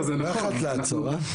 לא יכולת לעצור, הא?